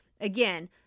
again